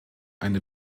eine